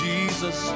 Jesus